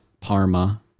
Parma